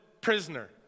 prisoner